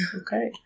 Okay